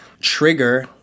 trigger